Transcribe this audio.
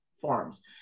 forms